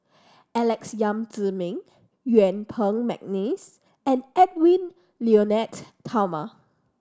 Alex Yam Ziming Yuen Peng McNeice and Edwy Lyonet Talma